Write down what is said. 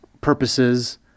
purposes